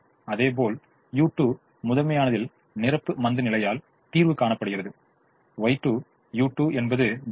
இதேபோல் u2 முதன்மையானதில் நிரப்பு மந்தநிலையால் தீர்வு காணப்படுகிறது Y2 u2 என்பது 0